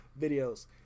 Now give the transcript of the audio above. videos